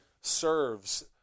serves